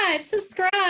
subscribe